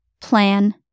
plan